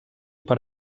per